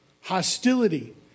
hostility